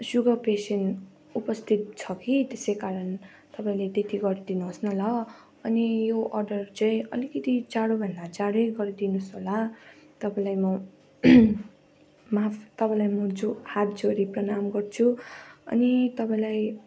sugar patient उपस्थित छ कि त्यसै कारण तपाईँले त्यति गरिदिनुहोस् न ल अनि यो अर्डर चाहिँ अलिकति चाँडो भन्दा चाँडै गरिदिनुहोस् होला तपाईँलाई म माफ तपाईँलाई म जो हात जोडी प्रणाम गर्छु अनि तपाईँलाई